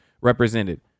represented